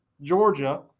Georgia